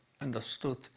understood